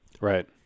right